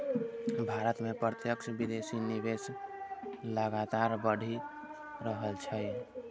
भारत मे प्रत्यक्ष विदेशी निवेश लगातार बढ़ि रहल छै